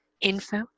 info